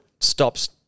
stops